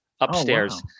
upstairs